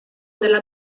della